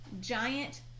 giant